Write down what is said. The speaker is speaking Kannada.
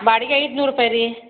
ಬಾಡಿಗೆ ಐದುನೂರು ರೂಪಾಯಿ ರೀ